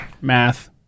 Math